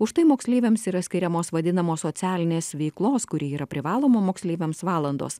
už tai moksleiviams yra skiriamos vadinamos socialinės veiklos kuri yra privaloma moksleiviams valandos